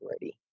ready